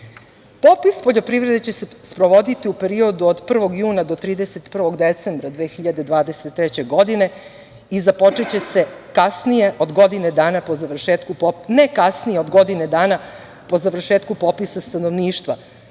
poljoprivrede će se sprovoditi u periodu od 1. juna do 31. decembra 2023. godine i započeće se ne kasnije od godinu dana po završetku popisa stanovništva,